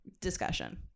discussion